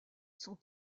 sont